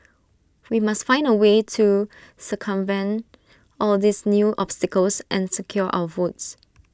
we must find A way to circumvent all these new obstacles and secure our votes